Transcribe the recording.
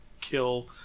kill